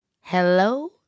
Hello